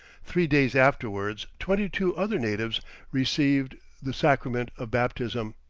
three days afterwards twenty-two other natives received the sacrament of baptism.